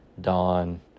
Dawn